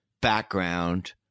background